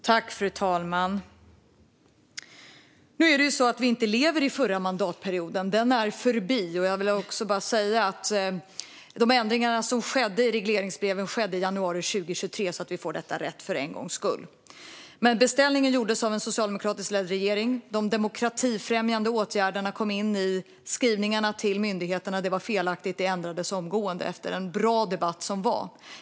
Fru talman! Nu lever vi inte i förra mandatperioden; den är förbi. De ändringar som skedde i regleringsbreven skedde i januari 2023 - bara så att det blir rätt. Men beställningen gjordes av en socialdemokratiskt ledd regering. De demokratifrämjande åtgärderna kom in i skrivningarna till myndigheterna. Det var felaktigt, och det ändrades omgående efter en bra debatt.